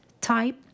type